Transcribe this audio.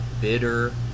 bitter